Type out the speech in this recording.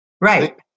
Right